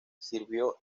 sirvió